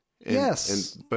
Yes